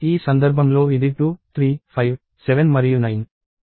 ఈ సందర్భంలో ఇది 2 3 5 7 మరియు 9